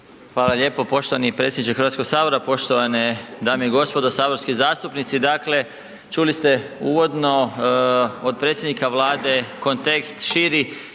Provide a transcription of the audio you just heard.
Hvala lijepo poštovani predsjedniče Hrvatskog sabora. Poštovane dame i gospodo saborski zastupnici, dakle čuli ste uvodno od predsjednika Vlade kontekst širi,